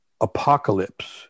apocalypse